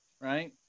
right